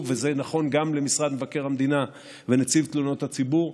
וזה נכון גם למשרד מבקר המדינה ונציב תלונות הציבור,